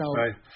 right